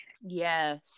Yes